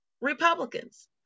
Republicans